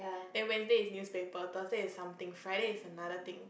then Wednesday is newspaper Thursday is something Friday is another thing